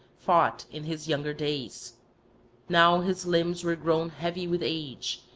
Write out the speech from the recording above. fought in his younger days now his limbs were grown heavy with age,